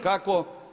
Kako?